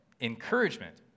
encouragement